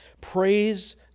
Praise